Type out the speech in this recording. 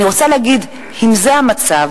אני רוצה להגיד: אם זה המצב,